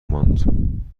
ماند